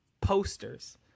posters